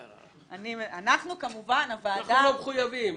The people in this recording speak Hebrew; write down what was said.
אנחנו כמובן הוועדה --- אנחנו לא מחויבים.